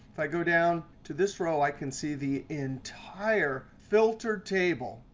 if i go down to this row, i can see the entire filtered table.